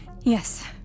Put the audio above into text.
Yes